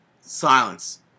Silence